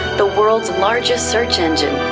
the world's largest search engine,